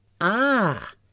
Ah